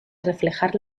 reflejar